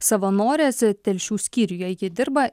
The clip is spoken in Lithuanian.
savanorės telšių skyriuje ji dirba